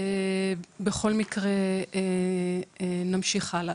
בכל מקרה נמשיך הלאה.